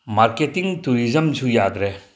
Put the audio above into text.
marketing ꯇꯨꯔꯤꯖꯝꯁꯨ ꯌꯥꯗ꯭ꯔꯦ